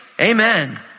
amen